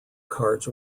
cards